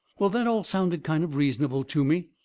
well, that all sounded kind of reasonable to me.